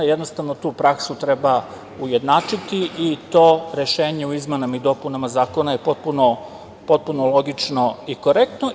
Jednostavno, tu praksu treba ujednačiti i to rešenje u izmenama i dopunama Zakona je potpuno logično i korektno.